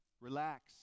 Relax